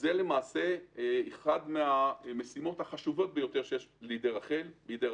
זאת אחת המשימות החשובות ביותר שיש בידי רח"ל,